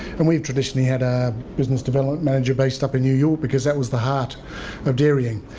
and we've traditionally had a business development manager based up in new york because that was the heart of dairying.